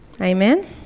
Amen